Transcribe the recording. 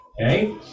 Okay